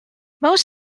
most